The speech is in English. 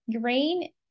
Green